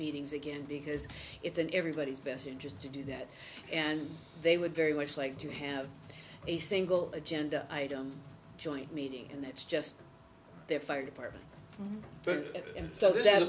meetings again because it's in everybody's best interest to do that and they would very much like to have a single agenda item joint meeting and that's just their fire department but instead of that